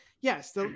yes